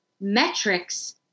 metrics